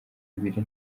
ibiri